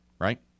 Right